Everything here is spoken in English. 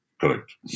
Correct